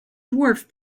dwarf